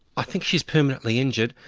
i think she's permanently injured,